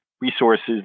resources